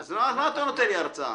אז מה אתה נותן לי הרצאה?